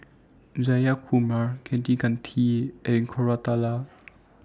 Jayakumar Kaneganti and Koratala